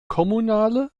kommunale